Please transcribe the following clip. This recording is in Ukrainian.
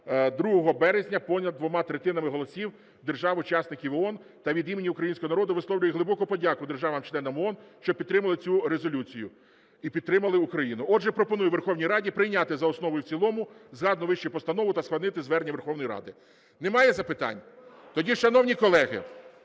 2 березня понад двома третинами голосів держав-учасників ООН, та від імені українського народу висловлює глибоку подяку державам-членам ООН, що підтримали цю резолюцію і підтримали Україну. Отже, пропоную Верховній Раді прийняти за основу і в цілому згадану вище постанову та схвалити звернення Верховної Ради. Немає запитань? Тоді, шановні колеги,